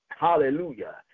Hallelujah